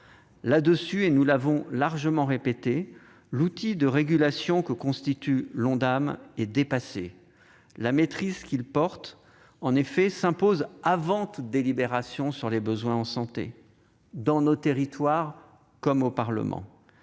À cet égard, nous avons largement répété que l'outil de régulation que constitue l'Ondam était dépassé. La maîtrise qu'il porte s'impose avant toute délibération sur les besoins en santé, dans nos territoires comme au Parlement.